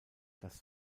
das